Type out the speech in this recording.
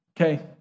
Okay